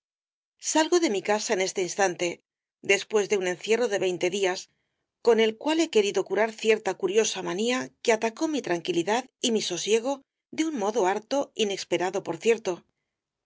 salgo de mi casa en este instante después de un encierro de veinte días con el cual he querido curar cierta curiosa manía que atacó mi tranquilidad y mi sosiego de un modo harto inexperado por cierto